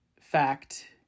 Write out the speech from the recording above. fact